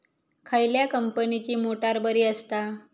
खयल्या कंपनीची मोटार बरी असता?